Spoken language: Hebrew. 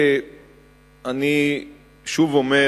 אני שוב אומר,